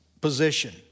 position